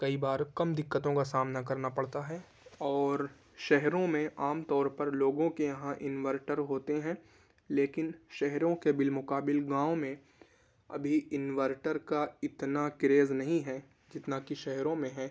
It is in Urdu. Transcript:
کئی بار کم دقّتوں کا سامنا کرنا پڑتا ہے اور شہروں میں عام طور پر لوگوں کے یہاں انورٹر ہوتے ہیں لیکن شہروں کے بالمقابل گاؤں میں ابھی انورٹر کا اتنا کریز نہیں ہے جتنا کہ شہروں میں ہے